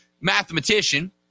mathematician